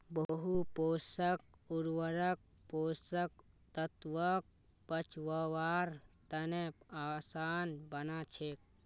बहु पोषक उर्वरक पोषक तत्वक पचव्वार तने आसान बना छेक